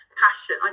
passion